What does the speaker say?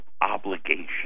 obligation